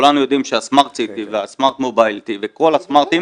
כולנו יודעים שהסמארט CP והסמארט מובילטי וכל הסמארטים